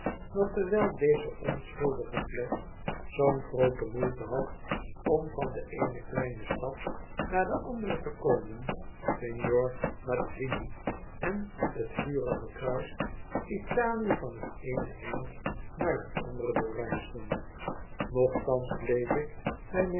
dat terwijl deze onschuldige flesch zoo'n groote moeite had om van de eene kleine stad naar de andere te komen signor mazzini en t vurige kruis italië van t eene eind naar t andere doorreisden nochtans bleef ik bij